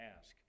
ask